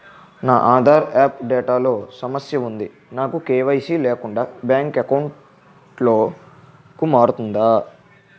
నా Aadhaar update లో సమస్య వుంది నాకు కే.వై.సీ లేకుండా బ్యాంక్ ఎకౌంట్దొ రుకుతుందా?